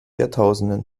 jahrtausenden